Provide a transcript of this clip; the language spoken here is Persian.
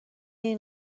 این